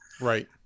Right